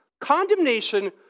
Condemnation